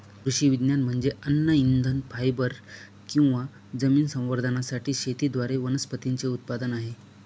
कृषी विज्ञान म्हणजे अन्न इंधन फायबर किंवा जमीन संवर्धनासाठी शेतीद्वारे वनस्पतींचे उत्पादन आहे